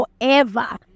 forever